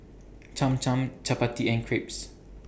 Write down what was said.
Cham Cham Chapati and Crepes